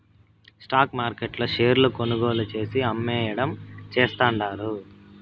stock మార్కెట్ల షేర్లు కొనుగోలు చేసి, అమ్మేయడం చేస్తండారు